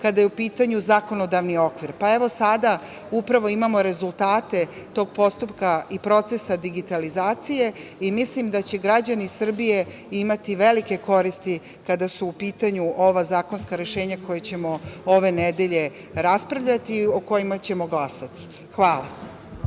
kada je u pitanju zakonodavni okvir. Sada upravo imamo rezultate tog postupka i procesa digitalizacije i mislim da će građani Srbije imati velike koristi kada su u pitanju ova zakonska rešenja koje ćemo ove nedelje raspravljati i o kojima ćemo glasati. Hvala.